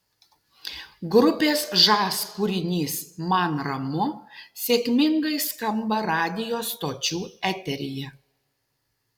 grupės žas kūrinys man ramu sėkmingai skamba radijo stočių eteryje